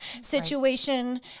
situation